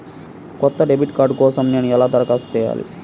కొత్త debit card కోసం నేను ఎలా దరఖాస్తు చేయాలి?